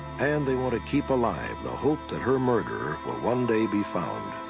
and they want to keep alive the hope that her murderer will one day be found.